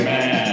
Man